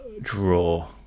draw